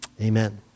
amen